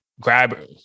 grab